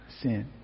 sin